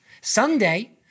someday